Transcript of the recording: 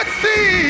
see